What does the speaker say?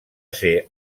ser